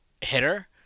hitter